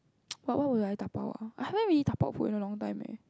but what would I dabao ah I haven't really dabao food in a long time leh